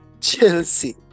Chelsea